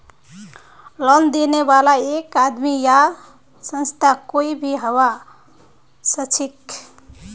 loan देने बाला एक आदमी या संस्था कोई भी हबा सखछेक